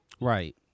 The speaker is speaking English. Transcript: Right